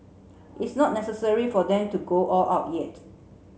it's not necessary for them to go all out yet